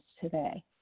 today